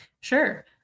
Sure